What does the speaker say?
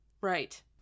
Right